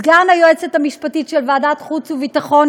סגן היועצת המשפטית של ועדת חוץ וביטחון,